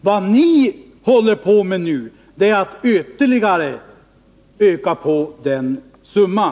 Vad ni håller på med nu är att ytterligare öka den summan.